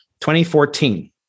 2014